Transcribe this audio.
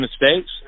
mistakes